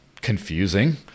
confusing